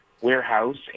Warehouse